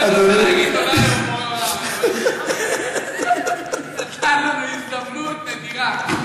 תודה לבורא עולם שנתן לנו הזדמנות נדירה.